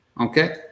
okay